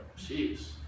Jeez